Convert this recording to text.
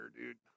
dude